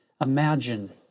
Imagine